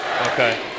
Okay